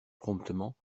promptement